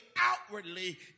outwardly